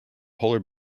polar